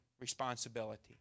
responsibility